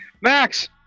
max